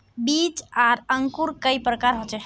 बीज आर अंकूर कई प्रकार होचे?